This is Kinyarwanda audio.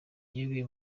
yaguye